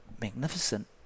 magnificent